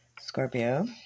Scorpio